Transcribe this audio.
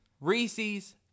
Reese's